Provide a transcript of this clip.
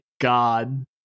God